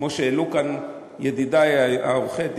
כמו שהעלו כאן ידידי עורכי-הדין,